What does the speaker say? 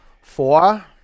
Four